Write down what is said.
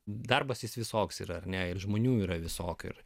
darbas jis visoks ir ar ne ir žmonių yra visokių ir